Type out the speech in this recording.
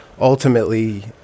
ultimately